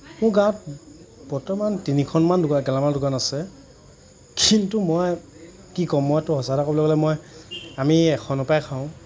মোৰ গাঁৱত বৰ্তমান তিনিখনমান দোকা গেলামালৰ দোকান আছে কিন্তু মই কি ক'ম মইটো সঁচা কথা ক'বলৈ গ'লে মই আমি এখনৰ পৰাই খাওঁ